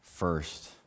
First